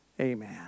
Amen